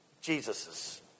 Jesus's